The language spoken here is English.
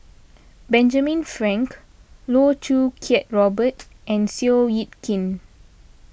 Benjamin Frank Loh Choo Kiat Robert and Seow Yit Kin